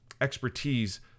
expertise